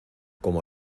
como